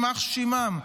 יימח שמם,